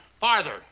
Farther